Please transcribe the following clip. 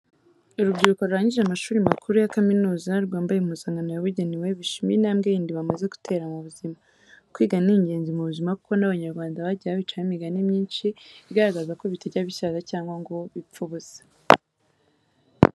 Urubyiruko rurangije amashuri makuru ya kaminuza rwambaye impuzankano yabugenewe, bishimiye intambwe yindi bamaze gutera mu buzima. Kwiga ni ingenzi mu buzima kuko n'abanyarwanda bagiye babicamo imigani myinshi igaragaza ko bitajya bisaza cyangwa ngo bipfe ubusa.